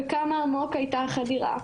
וכמה עמוק היתה החדירה.